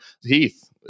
Heath